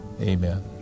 Amen